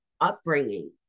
upbringing